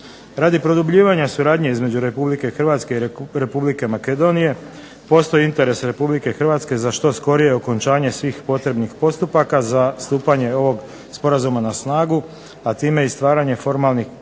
Radi produbljivanja suradnje između Republike Hrvatske i Republike Makedonije postoji interes Republike Hrvatske za što skorije okončanje svih potrebnih postupaka za stupanje ovog Sporazuma na snagu, a time i stvaranje formalno-pravnih